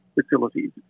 facilities